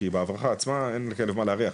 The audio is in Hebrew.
כי בהברחה עצמה אין לכלב מה להריח.